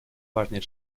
важные